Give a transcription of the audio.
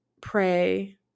pray